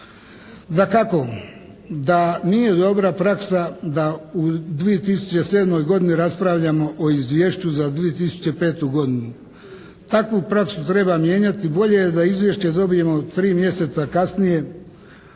Dakako da nije dobra praksa da u 2007. godini raspravljamo o izvješću za 2005. godinu. Takvu praksu treba mijenjati. Bolje je da izvješće dobijemo 3 mjeseca kasnije